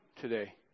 today